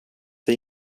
det